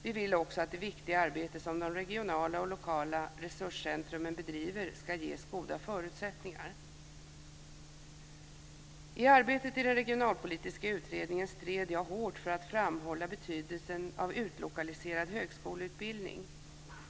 Vi vill också att det viktiga arbete som de regionala och lokala resurscentrumen bedriver ska ges goda förutsättningar. I arbetet i den regionalpolitiska utredningen stred jag hårt för att framhålla betydelsen av utlokaliserad högskoleutbildning.